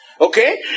Okay